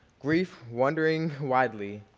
grief wandering widely,